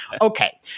okay